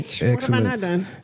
excellent